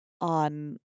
on